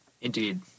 Indeed